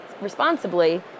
responsibly